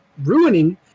ruining